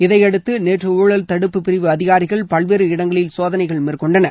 இதையடுத்து நேற்று ஊழல் தடுப்பு பிரிவு அதிகாரிகள் பல்வேறு இடங்களில் சோதனைகள் மேற்கொண்டனர்